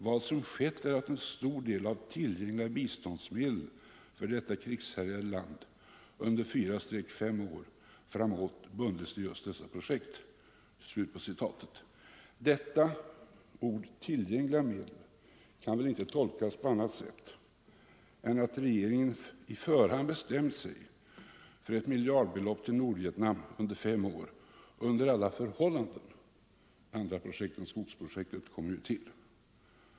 Vad som skett är att en stor del av tillgängliga biståndsmedel för detta krigshärjade land under fyra fem år framåt bundits till just detta projekt.” Orden ”tillgängliga biståndsmedel” kan väl inte tolkas på annat sätt än att regeringen på förhand bestämt sig för ett miljardbelopp till Nordvietnam under fem år under alla förhållanden — andra projekt än skogsprojektet kommer ju till.